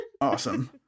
Awesome